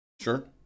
sure